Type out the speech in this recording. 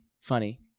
funny